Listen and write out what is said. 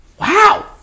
Wow